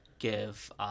give